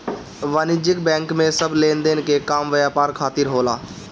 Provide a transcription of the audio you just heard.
वाणिज्यिक बैंक में सब लेनदेन के काम व्यापार खातिर होला